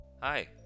Hi